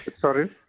Sorry